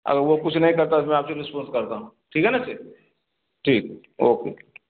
اگر وہ کچھ نہیں کہتا ہے تو آپ سے رسپانس کرتا ہوں ٹھیک ہے نا سیٹ جی ٹھیک ہے ٹھیک اوکے